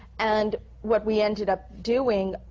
and what we ended up doing,